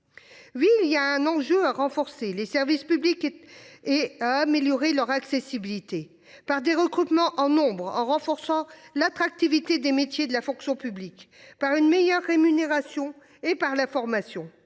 Oui il y a un enjeu à renforcer les services publics. Et améliorer leur accessibilité par des recrutements en nombre en renforçant l'attractivité des métiers de la fonction publique, par une meilleure rémunération et par la formation.